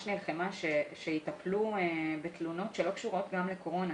נלחמה שיטפלו גם בתלונות שלא קשורות לקורונה.